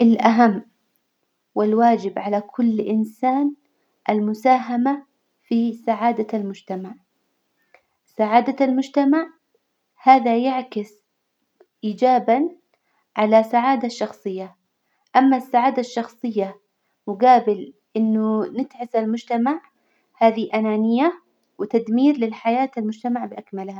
الأهم والواجب على كل إنسان المساهمة في سعادة المجتمع، سعادة المجتمع هذا يعكس إيجابا على السعادة الشخصية، أما السعادة الشخصية مجابل إنه نتعس المجتمع هذي أنانية وتدمير للحياة المجتمع بأكملها.